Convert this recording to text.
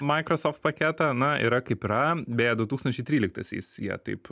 microsoft paketą na yra kaip yra beje du tūkstančiai tryliktaisiais jie taip